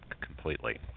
completely